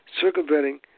circumventing